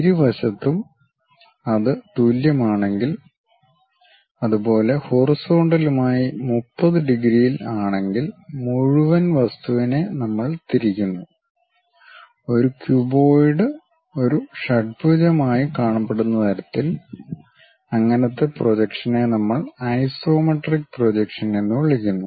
ഇരുവശത്തും അത് തുല്യമാണെങ്കിൽ അത്പോലെ ഹോറിസൊണ്ടലുമായി 30 ഡിഗ്രി യിൽ ആണെങ്കിൽ മുഴുവൻ വസ്തുവിനെ നമ്മൾ തിരിക്കുന്നു ഒരു ക്യൂബോയിഡ് ഒരു ഷഡ്ഭുജമായി കാണപ്പെടുന്ന തരത്തിൽ അങ്ങനത്തെ പ്രോജക്ഷനെ നമ്മൾ ഐസോമെട്രിക് പ്രൊജക്ഷൻ എന്ന് വിളിക്കുന്നു